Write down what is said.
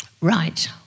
right